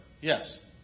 Yes